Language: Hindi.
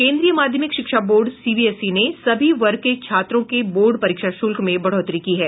केंद्रीय माध्यमिक शिक्षा बोर्ड सीबीएसई ने सभी वर्ग के छात्रों के बोर्ड परीक्षा शुल्क में बढ़ोतरी की है